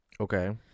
Okay